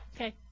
Okay